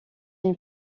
une